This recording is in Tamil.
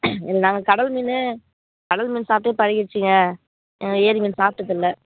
ஏ நாங்கள் கடல் மீன் கடல் மீன் சாப்பிட்டு பழகிருச்சிங்க ஏரி மீன் சாப்பிட்டதில்ல